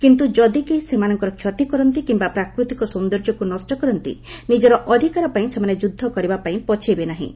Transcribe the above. କିନ୍ତୁ ଯଦି କେହି ସେମାନଙ୍କର କ୍ଷତି କରନ୍ତି କିମ୍ବା ପ୍ରାକୃତିକ ସୌନ୍ଦର୍ଯ୍ୟକୁ ନଷ୍ଟ କରନ୍ତି ନିଜର ଅଧିକାର ପାଇଁ ସେମାନେ ଯୁଦ୍ଧ କରିବାପାଇଁ ପଛେଇବେ ନାହିଁ